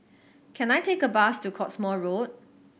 can I take a bus to Cottesmore Road